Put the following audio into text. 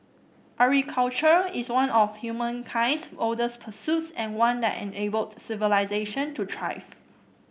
agriculture is one of humankind's oldest pursuits and one that enabled civilisation to thrive